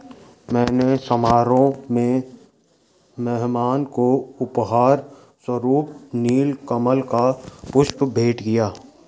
मैंने समारोह में मेहमान को उपहार स्वरुप नील कमल का पुष्प भेंट किया